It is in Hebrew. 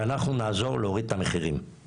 שאנחנו נעזור להוריד את המחירים.